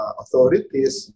authorities